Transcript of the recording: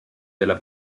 della